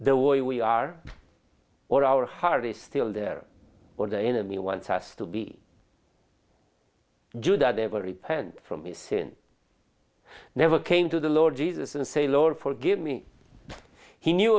the way we are or our harvest still there or the enemy wants us to be do that every hand for missing never came to the lord jesus and say lord forgive me he knew